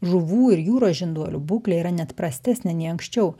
žuvų ir jūros žinduolių būklė yra net prastesnė nei anksčiau